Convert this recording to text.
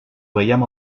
veiem